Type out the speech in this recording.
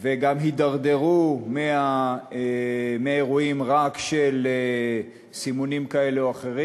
וגם הידרדרו מאירועים רק של סימונים כאלה או אחרים.